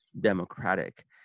Democratic